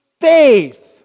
faith